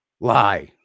Lie